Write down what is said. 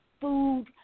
food